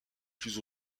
plus